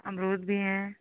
अमरुद भी हैं